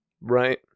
Right